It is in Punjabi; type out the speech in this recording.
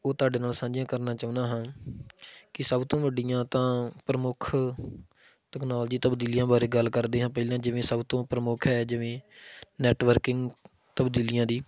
ਉਹ ਤੁਹਾਡੇ ਨਾਲ ਸਾਂਝੀਆਂ ਕਰਨਾ ਚਾਹੁੰਦਾ ਹਾਂ ਕਿ ਸਭ ਤੋਂ ਵੱਡੀਆਂ ਤਾਂ ਪ੍ਰਮੁੱਖ ਟੈਕਨੋਲਜੀ ਤਬਦੀਲੀਆਂ ਬਾਰੇ ਗੱਲ ਕਰਦੇ ਹਾਂ ਪਹਿਲਾਂ ਜਿਵੇਂ ਸਭ ਤੋਂ ਪ੍ਰਮੁੱਖ ਹੈ ਜਿਵੇਂ ਨੈਟਵਰਕਿੰਗ ਤਬਦੀਲੀਆਂ ਦੀ